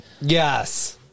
yes